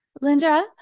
Linda